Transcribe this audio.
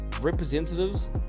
representatives